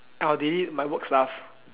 I will delete my work stuff